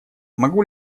могу